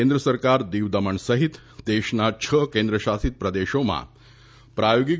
કેન્દ્ર સરકાર દીવ દમણ સહિત દેશના છ કેન્દ્ર શાસિત પ્રદેશોમાં પ્રાયોગિક